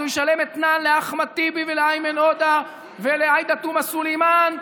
אז הוא ישלם אתנן לאחמד טיבי ולאיימן עודה ולעאידה תומא סלימאן.